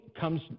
comes